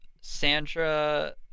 sandra